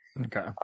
Okay